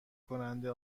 کننده